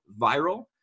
viral